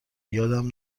یادم